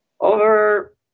Over